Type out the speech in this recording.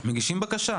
הם מגישים בקשה.